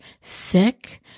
sick